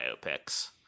biopics